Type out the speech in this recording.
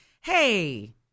Hey